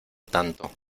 tanto